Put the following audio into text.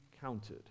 counted